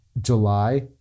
July